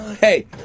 Hey